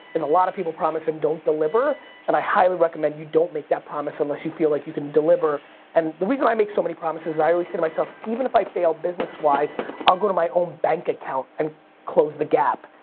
is a lot of people promise and don't deliver and i highly recommend you don't make that promise unless you feel like you can deliver and the reason i make so many promises i always say to myself, even if i fail business wise i'll go to my own bank account and close the gap.